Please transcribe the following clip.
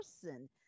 person